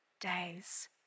days